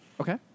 Okay